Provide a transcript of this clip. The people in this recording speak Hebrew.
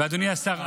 אדוני השר,